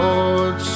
Lord